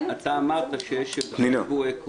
לא, אתה אמרת שיש --- עקרוני.